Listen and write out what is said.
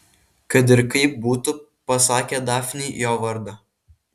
kad ir kaip būtų pasakė dafnei jo vardą